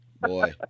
Boy